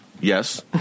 yes